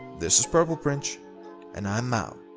this was prplprnch and i'm out!